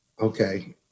okay